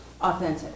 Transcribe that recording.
authentic